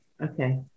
Okay